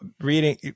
reading